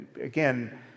Again